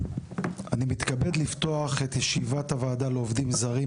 אני מתכבד לפתוח את ישיבת הוועדה לעובדים זרים,